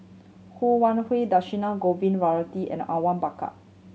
Ho Wan Hui Dhershini Govin Winodan and Awang Bakar